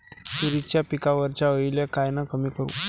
तुरीच्या पिकावरच्या अळीले कायनं कमी करू?